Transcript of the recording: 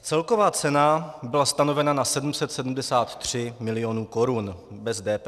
Celková cena byla stanovena na 773 milionů korun bez DPH.